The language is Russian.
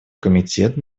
комитет